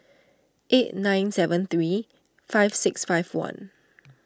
eight nine seven three five six five one